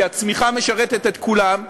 כי הצמיחה משרתת את כולם.